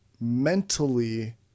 Mentally